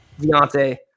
Deontay